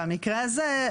במקרה הזה,